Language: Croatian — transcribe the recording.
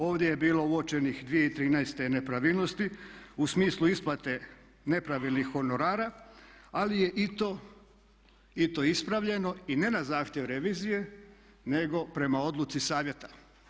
Ovdje je bilo uočenih 2013. nepravilnosti u smislu isplate nepravilnih honorara ali je i to ispravljeno i ne na zahtjev revizije nego prema odluci Savjeta.